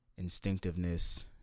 instinctiveness